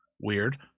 weird